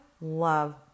love